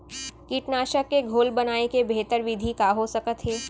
कीटनाशक के घोल बनाए के बेहतर विधि का हो सकत हे?